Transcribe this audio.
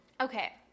Okay